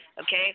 okay